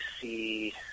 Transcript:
see